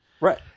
Right